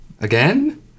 again